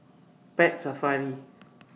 Pet Safari